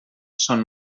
són